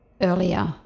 earlier